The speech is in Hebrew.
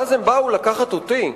ואז הם באו לקחת אותי,